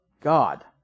God